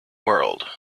world